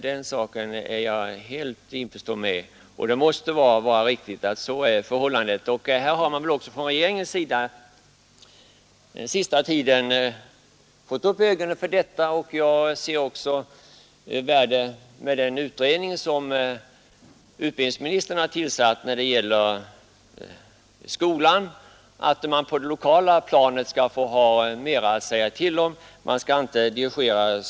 Den saken är jag helt överens med utredningen om. Regeringen har väl på senaste tiden fått upp ögonen för detta. Utbildningsministern har ju tillsatt en utredning som syftar till att man på skolans område skall ha mera att säga till om på det lokala planet.